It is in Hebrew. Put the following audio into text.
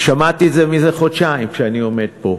ושמעתי את זה כבר חודשיים כשאני עומד פה,